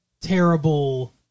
terrible